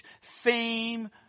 fame